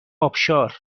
آبشار